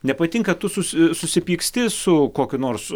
nepatinka tu susi susipyksti su kokiu nors